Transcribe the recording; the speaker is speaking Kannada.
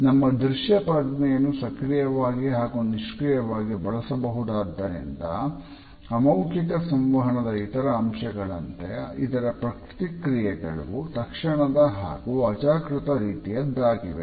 ನಮ್ಮ ದೃಶ್ಯ ಪ್ರಜ್ಞೆಯನ್ನು ಸಕ್ರಿಯವಾಗಿ ಹಾಗೂ ನಿಷ್ಕ್ರಿಯವಾಗಿ ಬಳಸಬಹುದಾದುದರಿಂದ ಅಮೌಖಿಕ ಸಂವಹನದ ಇತರೆ ಅಂಶಗಳಂತೆ ಇದರ ಪ್ರತಿಕ್ರಿಯೆಗಳು ತಕ್ಷಣದ ಹಾಗೂ ಅಜಾಗೃತ ರೀತಿಯದ್ದಾಗಿವೆ